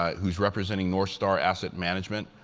who is representing northstar asset management,